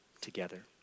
together